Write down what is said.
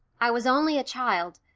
i was only a child,